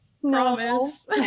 Promise